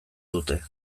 dute